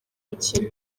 mukino